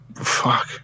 fuck